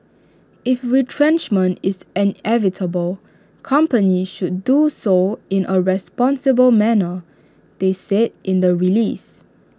if retrenchment is inevitable companies should do so in A responsible manner they said in the release